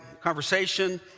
conversation